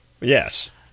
Yes